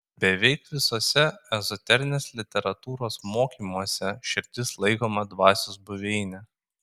beveik visuose ezoterinės literatūros mokymuose širdis laikoma dvasios buveine